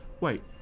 wait